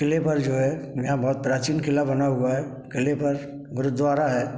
किले पर जो है यहाँ बहुत प्राचीन किला बना हुआ है किले पर गुरूद्वारा है